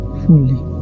fully